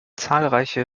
zahlreiche